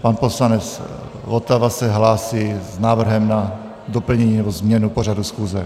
Pan poslanec Votava se hlásí s návrhem na doplnění nebo změnu pořadu schůze.